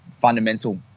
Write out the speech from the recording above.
fundamental